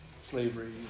slavery